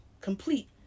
complete